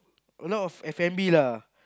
lot of F-and-B lah